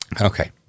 Okay